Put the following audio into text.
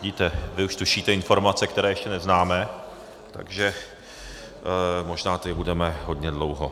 Vidíte, vy už tušíte informace, které ještě neznáme, takže tady možná budeme hodně dlouho.